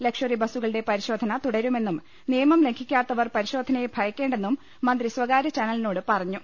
luxury ബസ്സുകളുടെ പരി ശോധന തുടരുമെന്നും നിയമം ലംഘിക്കാത്തവർ പരിശോധനയെ ഭയക്കേണ്ടെന്നും മന്ത്രി സ്വകാര്യചാനലിനോട് പറഞ്ഞു